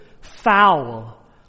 foul